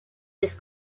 this